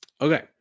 Okay